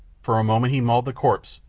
for a moment he mauled the corpse,